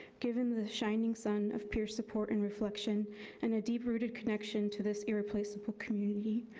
giving the shining sun of peer support and reflection and a deep rooted connection to this irreplaceable community.